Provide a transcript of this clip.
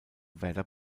werder